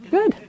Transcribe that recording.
Good